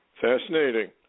fascinating